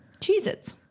Cheez-Its